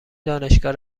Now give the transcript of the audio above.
دانشگاه